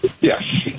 Yes